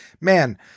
Man